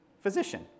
physician